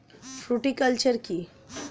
Fruticulture কী?